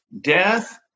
death